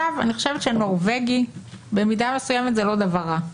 אני חושבת שנורבגי במידה מסוימת זה לא דבר רע,